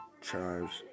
chives